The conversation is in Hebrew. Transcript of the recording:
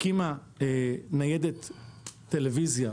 הקימה ניידת טלוויזיה,